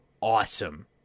awesome